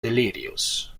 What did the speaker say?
delirious